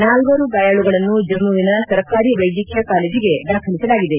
ನಾಲ್ವರು ಗಾಯಾಳುಗಳನ್ನು ಜಮ್ಮುವಿನ ಸರ್ಕಾರಿ ವೈದ್ಯಕೀಯ ಕಾಲೇಜಿಗೆ ದಾಖಲಿಸಲಾಗಿದೆ